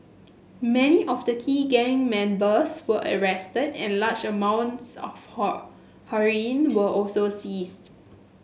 many of the key gun members were arrested and large amounts of heroin were also seized